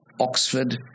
Oxford